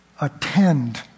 attend